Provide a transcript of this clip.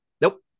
Nope